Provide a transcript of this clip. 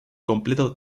completo